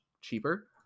cheaper